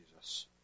Jesus